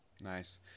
Nice